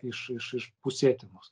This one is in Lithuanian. iš iš iš pusėtinos